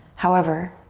however,